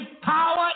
power